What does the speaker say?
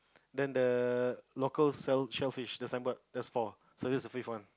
then the local sell shellfish the signboard just four so that's the fifth one